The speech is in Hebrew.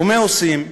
ומה עושים?